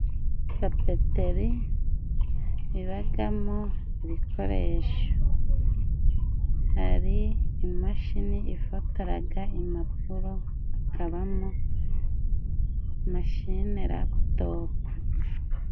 Papeteri ibaga mo ibikoresho. Hari imashini ifotoraga impapuro, hakaba mashine laputopu.